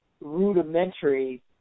Rudimentary